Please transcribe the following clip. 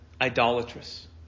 idolatrous